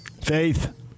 Faith